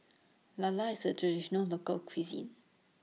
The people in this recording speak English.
Lala IS A Traditional Local Cuisine